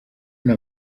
nta